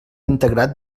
integrat